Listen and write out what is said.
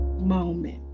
moment